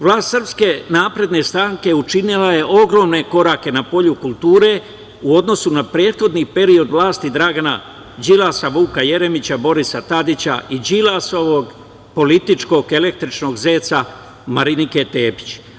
Vlast SNS učinila je ogromne korake na polju kulture u odnosu na prethodni period vlasti Dragana Đilasa, Vuka Jeremića, Borisa Tadića i Đilasovog političkog električnog zeca Marinike Tepić.